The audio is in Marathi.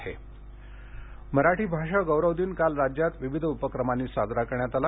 मराठी भाषा गौरव दिन मराठी भाषा गौरव दिन काल राज्यात विविध उपक्रमांनी साजरा करण्यात आला